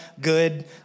good